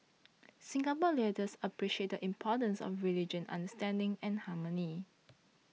Singapore leaders appreciate the importance of religion understanding and harmony